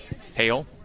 Hale